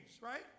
right